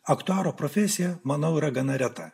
aktuaro profesija manau yra gana reta